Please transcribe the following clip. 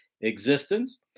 existence